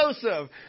Joseph